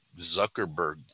Zuckerberg